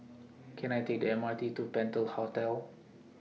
Can I Take The M R T to Penta Hotel